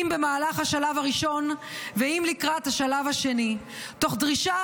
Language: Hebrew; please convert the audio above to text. אם במהלך השלב הראשון ואם לקראת השלב השני תוך דרישה